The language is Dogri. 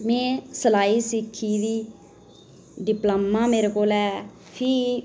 में सिलाई सिक्खी दी डिप्लोमा मेरे कोल ऐ फ्ही